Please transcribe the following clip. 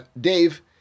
Dave